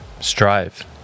Strive